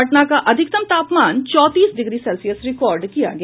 पटना का अधिकतम तापमान चौतीस डिग्री सेल्सियस रिकार्ड किया गया